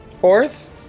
Fourth